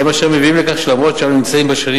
היא אשר מביאה לכך שאף-על-פי שאנו נמצאים בשנים